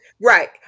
Right